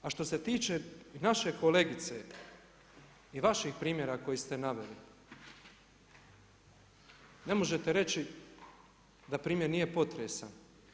A što se tiče naše kolegice i naših primjera koje ste naveli, ne možete reći da primjer nije potresan.